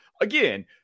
Again